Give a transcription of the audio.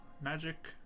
magic